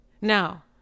Now